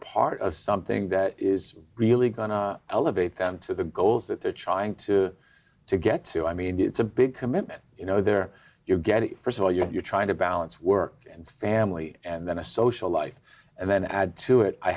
part of something that is really going to elevate them to the goals that they're trying to to get to i mean it's a big commitment you know there you get it st of all you're trying to balance work and family and then a social life and then add to it i